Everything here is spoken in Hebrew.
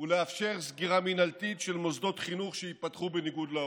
ולאפשר סגירה מינהלתית של מוסדות חינוך שייפתחו בניגוד להוראות.